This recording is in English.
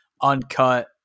uncut